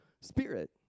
spirit